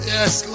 Yes